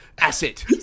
asset